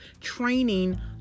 training